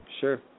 Sure